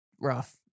rough